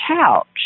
couch